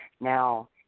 Now